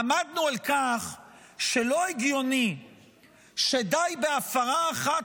עמדנו על כך שלא הגיוני שדי בהפרה אחת